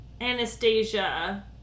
Anastasia